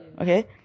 okay